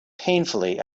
painfully